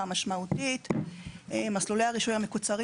הרישוי הדיפרנציאלי.) (מקרינה שקף,